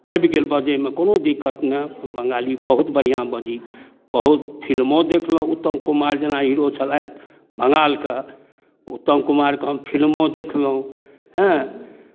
आबि गेल बजैमे कोनो दिक्कत नहि बंगाली बहुत बढ़िआँ बजै छी बहुत फिल्मो देखलहुँ उत्तम कुमार जेना हीरो छलथि बंगालके उत्तम कुमारके हम फिल्मो देखलहुँ एँ